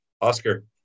Oscar